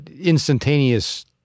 instantaneous